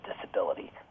disability